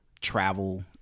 travel